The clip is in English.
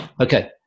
Okay